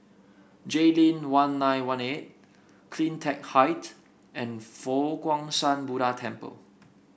Jayleen one nine one eight CleanTech Height and Fo Guang Shan Buddha Temple